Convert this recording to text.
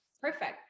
perfect